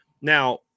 Now